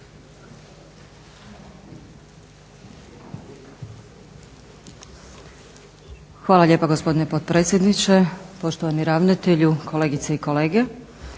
Hvala lijepa gospodine potpredsjedniče, poštovani ravnatelju, kolegice i kolege.